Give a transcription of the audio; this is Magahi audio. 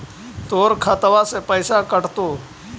तोर खतबा से पैसा कटतो?